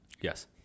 Yes